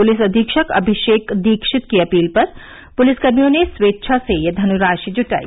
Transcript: police अधीक्षक अभिषेक दीक्षित की appeal पर पुलिसकर्मियों ने स्वेच्छा से यह धनराशि जुटाई